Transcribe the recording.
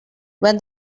when